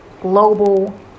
global